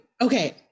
Okay